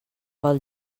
pel